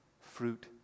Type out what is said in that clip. Fruit